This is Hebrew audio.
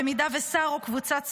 במידה ששר או קבוצת שרים,